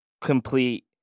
complete